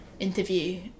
interview